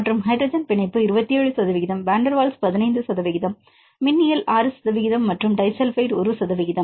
மற்றும் ஹைட்ரஜன் பிணைப்பு 27 சதவீதம் வான் டெர் வால்ஸ் 15 சதவீதம் மின்னியல் 6 சதவீதம் மற்றும் டிஸல்பைட் 1 சதவீதம்